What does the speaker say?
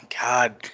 God